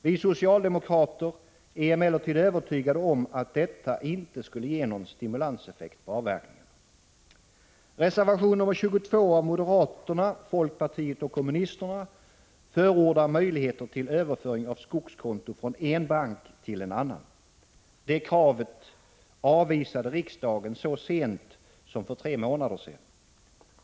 Vi socialdemokrater är emellertid övertygade om att detta inte skulle ge någon stimulanseffekt på avverkningarna. Reservation nr 22 av moderaterna, folkpartiet och kommunisterna förordar möjligheter till överföring av skogskonto från en bank till en annan. Det kravet avvisade riksdagen så sent som för tre månader sedan.